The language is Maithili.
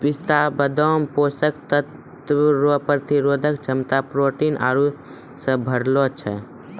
पिस्ता बादाम पोषक तत्व रोग प्रतिरोधक क्षमता प्रोटीन आरु से भरलो छै